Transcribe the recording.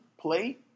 play